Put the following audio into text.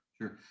sure